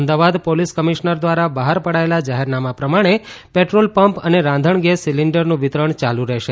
Ahmedabad police commissioner દ્વારા બહાર પડાયેલા જાહેરનામા પ્રમાણે પેટ્રોલ પંપ અને રાંધણ ગેસ સિલીંડરનું વિતરણ યાલુ રહેશે